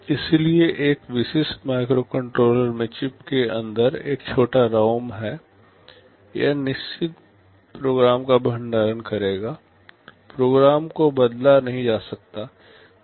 इसलिए एक विशिष्ट माइक्रोकंट्रोलर में चिप के अंदर एक छोटा रौम है यह निश्चित प्रोग्राम का भंडारण करेगा प्रोग्राम को बदला नहीं जा सकता है